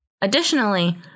Additionally